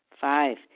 Five